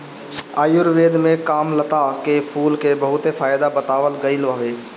आयुर्वेद में कामलता के फूल के बहुते फायदा बतावल गईल हवे